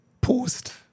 post